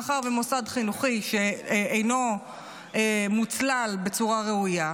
מאחר שמוסד חינוכי שאינו מוצלל בצורה ראויה,